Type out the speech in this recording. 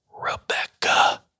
Rebecca